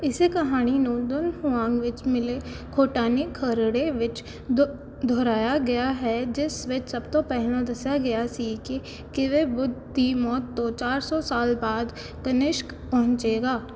ਇਸੇ ਕਹਾਣੀ ਨੂੰ ਦੁਨਹੁਆਂਗ ਵਿੱਚ ਮਿਲੇ ਖੋਟਾਨੀ ਖਰੜੇ ਵਿੱਚ ਦੋ ਦੁਹਰਾਇਆ ਗਿਆ ਹੈ ਜਿਸ ਵਿੱਚ ਸਭ ਤੋਂ ਪਹਿਲਾਂ ਦੱਸਿਆ ਗਿਆ ਸੀ ਕਿ ਕਿਵੇਂ ਬੁੱਧ ਦੀ ਮੌਤ ਤੋਂ ਚਾਰ ਸੌ ਸਾਲ ਬਾਅਦ ਕਨਿਸ਼ਕ ਪਹੁੰਚੇਗਾ